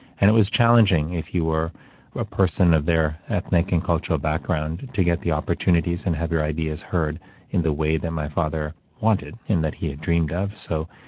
and it was challenging if you were a person of their ethnic and cultural background to get the opportunities and have your ideas heard in the way that my father wanted, in that he had dreamed of. so,